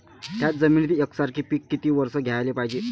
थ्याच जमिनीत यकसारखे पिकं किती वरसं घ्याले पायजे?